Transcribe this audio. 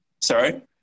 Sorry